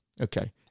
Okay